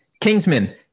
kingsman